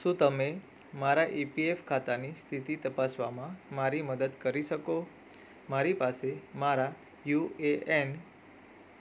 શું તમે મારા ઇપીએફ ખાતાની સ્થિતિ તપાસવામાં મારી મદદ કરી શકો મારી પાસે મારા યુ એ એન